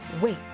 wait